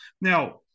Now